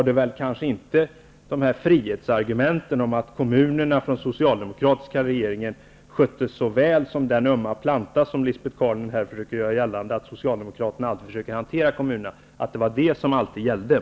De här frihetsargumenten och talet om att den socialdemokratiska regeringen skötte kommunerna så väl som en öm planta, som Lisbet Calner gör gällande, har nog inte alltid gällt.